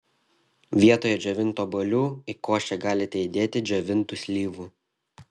vietoj džiovintų obuolių į košę galite įdėti džiovintų slyvų